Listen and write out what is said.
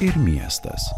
ir miestas